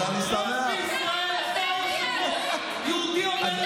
איזה יהודי אומר על יהודי אחר,